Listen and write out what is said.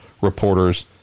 reporters